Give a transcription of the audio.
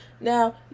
Now